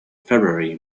february